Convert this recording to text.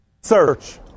Search